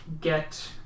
get